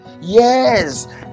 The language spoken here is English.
yes